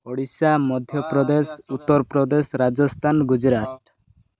Odisha Madhya Pradesh Uttar Pradesh Rajasthan Gujarat